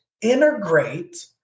integrate